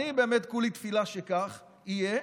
אני כולי תפילה שכך יהיה,